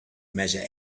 measure